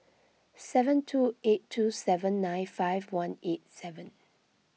seven two eight two seven nine five one eight seven